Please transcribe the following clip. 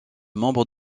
membres